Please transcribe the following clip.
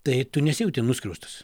tai tu nesijauti nuskriaustas